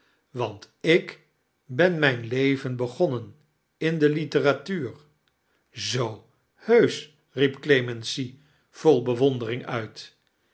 want ik ben mijn leven begonnen in de literatuur zoo heusch riep clemency vol bewondering uit